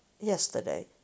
yesterday